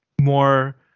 more